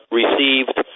received